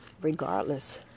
regardless